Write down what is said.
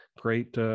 Great